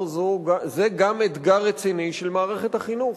זה גם אתגר רציני של מערכת החינוך.